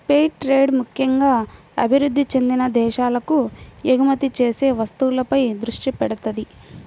fair trade ముక్కెంగా అభివృద్ధి చెందిన దేశాలకు ఎగుమతి చేసే వస్తువులపై దృష్టి పెడతది